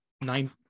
nine